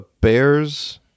Bears